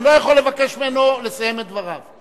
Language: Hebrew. אני לא יכול לבקש ממנו לסיים את דבריו.